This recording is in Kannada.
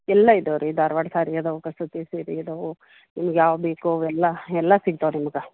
ಎಲ್ಲ ಇದಾವೆ ರೀ ಧಾರ್ವಾಡ ಸಾರಿ ಅದಾವೆ ಕಸೂತಿ ಸೀರಿ ಅದಾವೆ ನಿಮ್ಗೆ ಯಾವು ಬೇಕೋ ಅವೆಲ್ಲ ಎಲ್ಲ ಸಿಕ್ತಾವೆ ನಿಮಗೆ